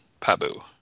Pabu